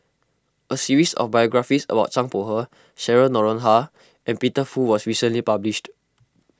a series of biographies about Zhang Bohe Cheryl Noronha and Peter Fu was recently published